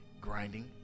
Grinding